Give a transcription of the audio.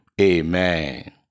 Amen